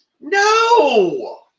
No